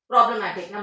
Problematic